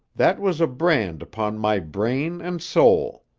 that was a brand upon my brain and soul.